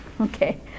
okay